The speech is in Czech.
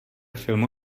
filmu